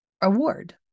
award